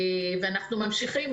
ואנחנו ממשיכים,